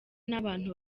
n’abantu